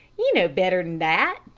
ye know better'n that.